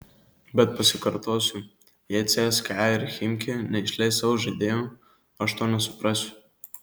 bet pasikartosiu jei cska ir chimki neišleis savo žaidėjų aš to nesuprasiu